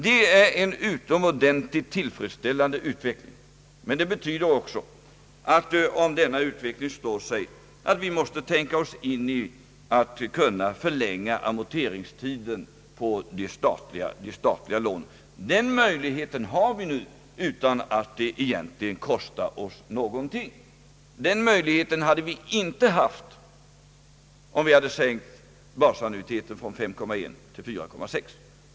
Det är en utomordentligt tillfredsställande utveckling, men det betyder också, om denna utveckling står sig, att vi måste tänka oss in i att kunna förlänga amorteringstiden på de statliga lånen. Den möjligheten har vi nu utan att det egentligen kostar oss någonting. Den möjligheten hade vi inte haft, om vi hade sänkt basannuiteten från 5,1 procent till 4,6 procent.